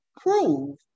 prove